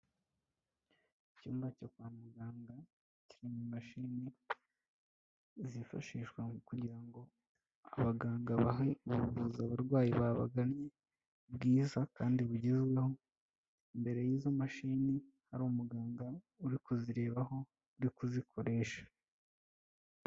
Icyumba cyo kwa muganga, kirimo imashini zifashishwa kugira ngo abaganga bahe ubuvuzi abarwayi babagannye bwiza kandi bugezweho, imbere y'izo mashini hari umuganga uri kuzirebaho, uri kuzikoresha.